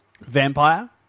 Vampire